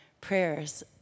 prayers